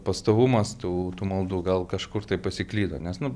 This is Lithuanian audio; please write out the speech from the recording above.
pastovumas tų tų maldų gal kažkur pasiklydo nes nu